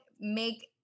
make